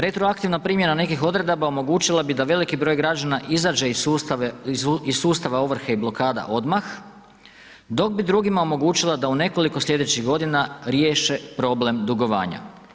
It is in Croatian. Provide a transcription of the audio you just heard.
Retroaktivna primjena nekih odredaba omogućila bi da veliki broj građana izađe iz sustava ovrhe i blokada odmah, dok bi drugima omogućila da u nekoliko slijedećih godina riješe problem dugovanja.